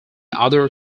other